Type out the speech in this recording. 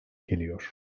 geliyor